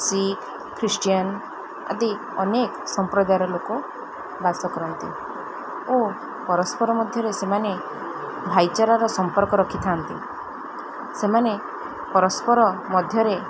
Sikh Christian ଆଦି ଅନେକ ସମ୍ପ୍ରଦାୟର ଲୋକ ବାସ କରନ୍ତି ଓ ପରସ୍ପର ମଧ୍ୟରେ ସେମାନେ ଭାଇଚାରାର ସମ୍ପର୍କ ରଖିଥାନ୍ତି ସେମାନେ ପରସ୍ପର ମଧ୍ୟରେ